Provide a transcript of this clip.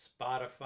spotify